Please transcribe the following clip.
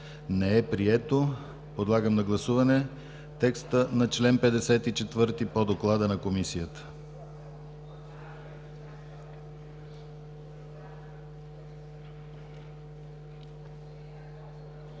не е прието. Подлагам на гласуване текста на чл. 54 по доклада на Комисията.